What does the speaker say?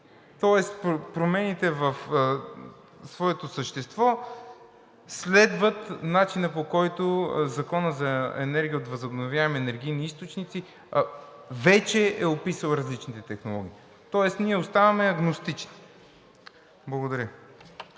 Тоест промените в своето същество следват начина, по който Законът за енергия от възобновяеми енергийни източници вече е описал различните технологии. Тоест ние оставаме агностични. Благодаря.